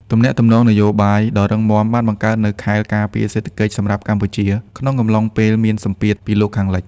ទំនាក់ទំនងនយោបាយដ៏រឹងមាំបានបង្កើតនូវ "ខែលការពារ" សេដ្ឋកិច្ចសម្រាប់កម្ពុជាក្នុងកំឡុងពេលមានសម្ពាធពីលោកខាងលិច។